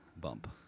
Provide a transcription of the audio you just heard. bump